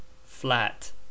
flat